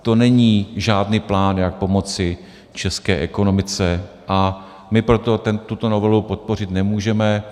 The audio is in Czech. To není žádný plán, jak pomoci české ekonomice a my proto tuto novelu podpořit nemůžeme.